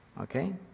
Okay